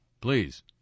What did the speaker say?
please